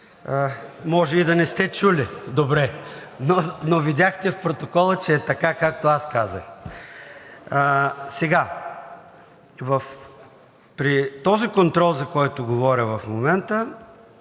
може да не сте чули – добре, но видяхте в протокола, че е така, както аз казах. Сега за този контрол, за който говоря в момента,